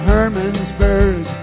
Hermansburg